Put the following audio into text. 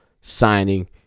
Signing